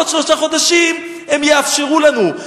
עוד שלושה חודשים הם יאפשרו לנו,